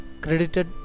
credited